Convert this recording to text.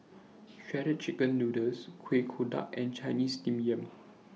Shredded Chicken Noodles Kuih Kodok and Chinese Steamed Yam